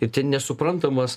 ir ten nesuprantamas